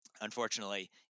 unfortunately